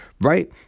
right